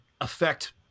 affect